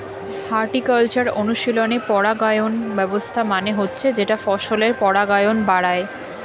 horticultural অনুশীলনে পরাগায়ন ব্যবস্থা মানে হচ্ছে যেটা ফসলের পরাগায়ন বাড়ায়